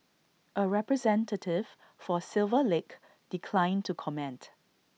A representative for silver lake declined to comment